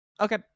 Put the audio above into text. Okay